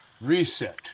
Reset